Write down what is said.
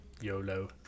YOLO